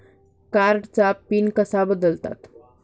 कार्डचा पिन कसा बदलतात?